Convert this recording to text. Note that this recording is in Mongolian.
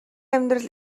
амьдрал